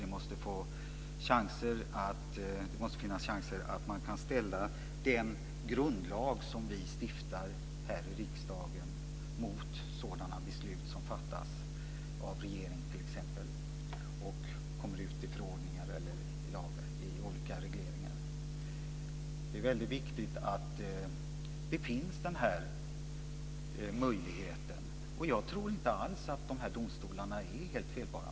Det måste finnas möjligheter att ställa den grundlag som vi stiftar här i riksdagen mot sådana beslut som fattas av t.ex. regeringen och leder till förordningar och olika regleringar. Det är väldigt viktigt att denna möjlighet finns. Jag tror inte alls att dessa domstolar är helt ofelbara.